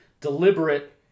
deliberate